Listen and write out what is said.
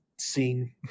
Scene